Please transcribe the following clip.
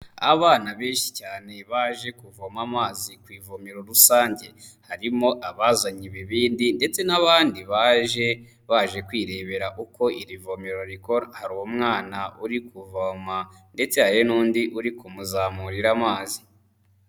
Abana benshi cyane baje kuvoma amazi ku ivomero rusange, harimo abazanye ibibindi ndetse n'abandi baje baje kwirebera uko iri vomero rikora, hari umwana uri kuvoma ndetse hari n'undi uri kumuzamurira amazi.